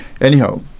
Anyhow